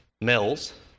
mills